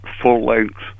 full-length